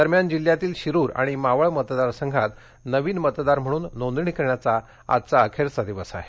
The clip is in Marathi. दरम्यान जिल्ह्यातील शिरूर आणि मावळ मतदार संघात नवीन मतदार म्हणून नोंदणी करण्याचा आजचा अखेरचा दिवस आहे